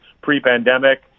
pre-pandemic